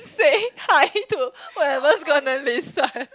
say hi to whoever's gonna listen